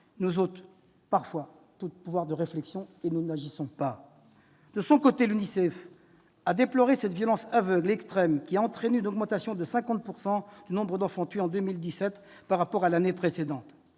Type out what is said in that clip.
nous ôtent parfois tout pouvoir de réflexion et nous n'agissons pas. De son côté, l'UNICEF a déploré une « violence aveugle et extrême » qui a entraîné une augmentation de 50 % du nombre d'enfants tués en 2017, par rapport à l'année précédente.